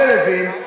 ולוין,